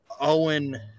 Owen